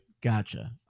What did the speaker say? Gotcha